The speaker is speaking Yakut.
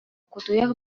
кутуйах